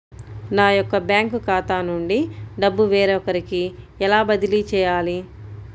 నా యొక్క బ్యాంకు ఖాతా నుండి డబ్బు వేరొకరికి ఎలా బదిలీ చేయాలి?